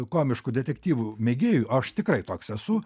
komiškų detektyvų mėgėjui o aš tikrai toks esu